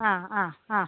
ആ ആ ആ